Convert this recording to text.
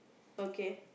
okay